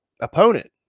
opponent